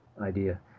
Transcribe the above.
idea